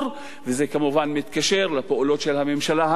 וזה כמובן מתקשר לפעולות של הממשלה הנוכחית,